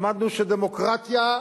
למדנו שדמוקרטיה,